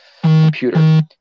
computer